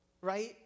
Right